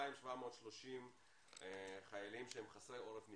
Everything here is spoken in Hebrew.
וכ-2,730 חיילים שהם חסרי עורף משפחתי.